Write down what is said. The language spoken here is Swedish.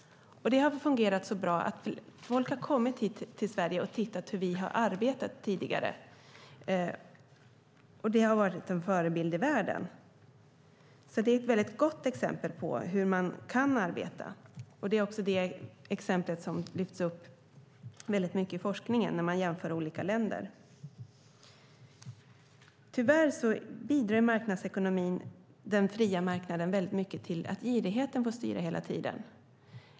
Det har fungerat så bra att människor har kommit till Sverige och tittat på hur vi har arbetat tidigare. Det har varit en förebild i världen. Det är ett väldigt gott exempel på hur man kan arbeta. Det är också det exempel som lyfts upp väldigt mycket i forskningen när man jämför olika länder. Tyvärr bidrar marknadsekonomin och den fria marknaden väldigt mycket till att girigheten får styra hela tiden.